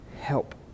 help